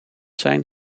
zijn